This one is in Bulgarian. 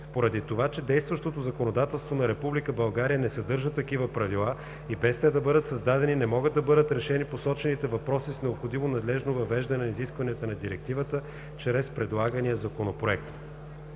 Поради това че действащото законодателство на Република България не съдържа такива правила и без те да бъдат създадени не могат да бъдат решени посочените въпроси, е необходимо надлежното въвеждане на изискванията на Директивата чрез предлагания Законопроект.